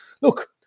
look